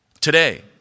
Today